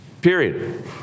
Period